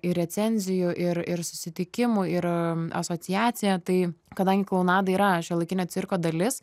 ir recenzijų ir ir susitikimų ir asociacija tai kadangi klounada yra laikinė cirko dalis